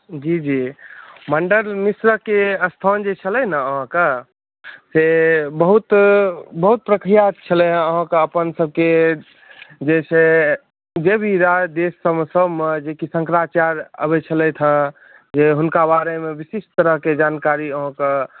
जी जी मण्डन मिश्रके स्थान जे छलै ने अहाँके से बहुत छलै हैं अहाँके अपन सब के जे छै जे भी होअ एहि दिस सबमे जे किछु शंकराचार्य आबै छलथि हैं जे हुनका बारे मे विशिष्ठ तरहके जानकारी अहाँके